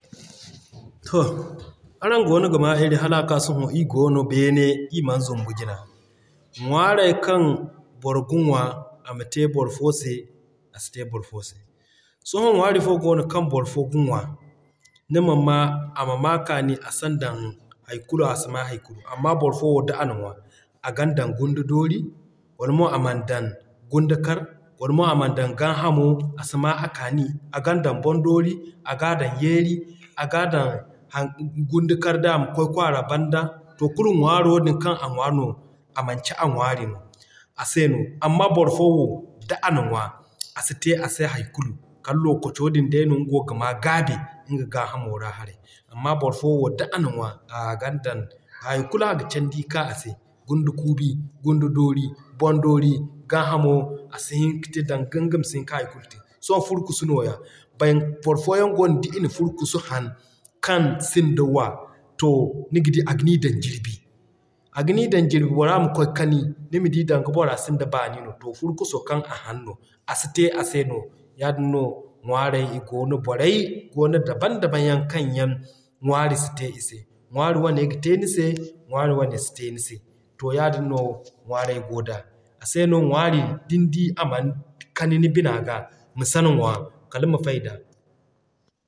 To araŋ goono ga maa iri, hala ka sohõ ii goono beene ii man zumbu jina. Ŋwaaray kaŋ boro ga ŋwa ama te boro fo se a si te boro fo se. Sohõ ŋwaari fo goono kaŋ boro fo ga ŋwa nima maa ama maa kaani a san dan hay kulu a si maa hay kulu. Amma boro fo wo d'a na ŋwa, a gan dan gunda doori, wala mo a man dan gunda kar, wala mo a man dan gaa hamo a si maa a kaani, a gan dan boŋ doori,a g'a dan yeeri, a g'a dan gunda kar day ama kwaay kwaara banda. To kulu ŋwaaro din kaŋ a ŋwa no a manci a ŋwaari no, a se no. Amma boro fo d'a na ŋwa a si te a se hay kulu, kala lokaco din day no nga wo ga maa gaabi nga hamo fa haray. Amma boro fo wo d'a na ŋwa a gan dan hay kulu a ga candi ka a se. Gunda kuubi, gunda doori, boŋ doori, gaa hamo a si hin ka te danga nga ma si hin ka hay kulu te. Sohõ Furkusu nooya ban boro fo yaŋ goono d'i na Furkusu haŋ kaŋ sinda Wa, to niga di aga n'i dan jirbi, aga n'i dan jirbi bora ma kwaay kani nima di danga bora sinda baani no. To Furkuso kaŋ a haŋ no a si te a se no. Yaadin no ŋwaaray i goono borey i goono daban daban yaŋ kaŋ yaŋ ŋwaari si te i se. Ŋwaari wane ga te ni se, ŋwaari wane si te ni se. To yaadin no ŋwaaray goo da. A se no ŋwaari din di a man kani ni bina ga, ma sana ŋwa kala ma fayda.